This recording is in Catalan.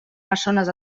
persones